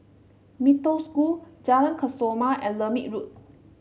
Mee Toh School Jalan Kesoma and Lermit Road